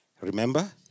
Remember